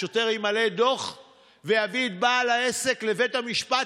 ששוטר ימלא דוח ויביא את בעל העסק לבית המשפט,